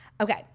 Okay